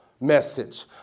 message